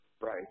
right